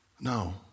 No